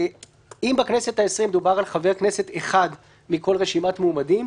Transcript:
אם בכנסת העשרים דובר על חבר כנסת אחד מכל רשימת מועמדים,